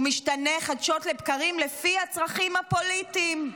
הוא משתנה חדשות לבקרים לפי הצרכים הפוליטיים.